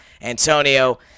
Antonio